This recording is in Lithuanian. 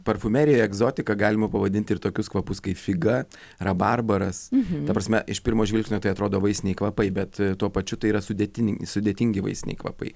parfumerijoj egzotika galima pavadinti ir tokius kvapus kaip figa rabarbaras ta prasme iš pirmo žvilgsnio tai atrodo vaisiniai kvapai bet tuo pačiu tai yra sudėtini sudėtingi vaisiniai kvapai